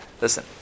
Listen